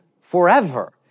forever